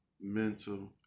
mental